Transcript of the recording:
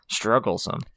strugglesome